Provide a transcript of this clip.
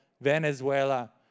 Venezuela